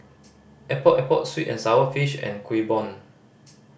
Epok Epok sweet and sour fish and Kuih Bom